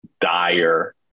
dire